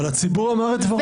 אבל הציבור אמר את דברו.